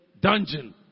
dungeon